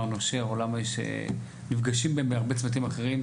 נושר או למה יש מפגשים בהרבה צמתים אחרים,